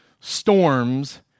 storms